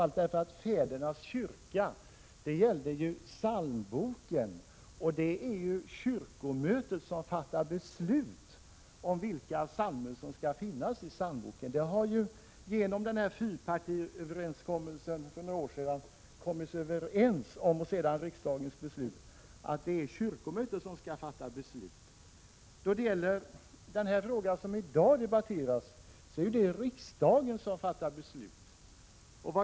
Det är stor skillnad på dessa två ställningstaganden. Det är kyrkomötet som har att fatta beslut om vilka psalmer som skall finnas i psalmboken. Efter fyrpartiöverenskommelsen för några år sedan beslöt riksdagen att kyrkomötet skall fatta sådana beslut. I den fråga som vii dag diskuterar är det riksdagen som fattar beslut.